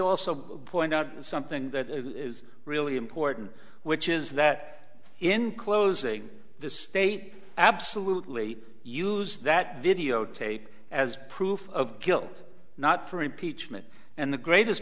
also point out something that is really important which is that in closing this state absolutely use that videotape as proof of guilt not for impeachment and the greatest